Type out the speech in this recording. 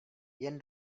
jen